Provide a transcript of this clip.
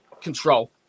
control